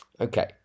Okay